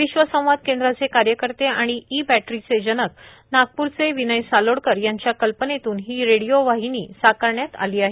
विश्व संवाद केंद्राचे कार्यकर्ते आणि ई बॅटरीचे जनक नागप्रचे विनय सालोडकर यांच्या कल्पनेतून ही रेडिओ वाहिनी साकारण्यात आली आहे